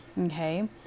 Okay